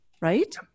right